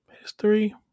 history